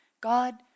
God